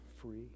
free